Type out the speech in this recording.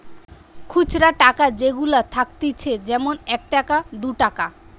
খুচরা টাকা যেগুলা থাকতিছে যেমন এক টাকা, দু টাকা